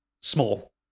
small